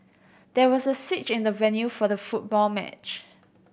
there was a switch in the venue for the football match